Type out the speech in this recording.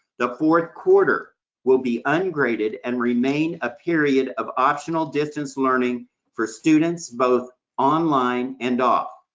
the fourth quarter will be ungraded and remain a period of optional distance learning for students both online and off.